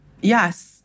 Yes